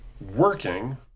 working